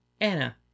Anna